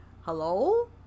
hello